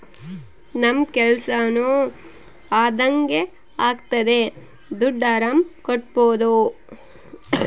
ನಮ್ ಕೆಲ್ಸನೂ ಅದಂಗೆ ಆಗ್ತದೆ ದುಡ್ಡು ಆರಾಮ್ ಕಟ್ಬೋದೂ